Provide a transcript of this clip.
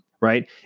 right